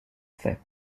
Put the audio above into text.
fait